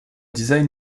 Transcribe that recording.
design